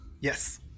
Yes